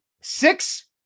Six